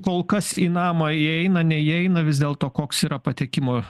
kol kas į namą įeina neįeina vis dėlto koks yra patekimo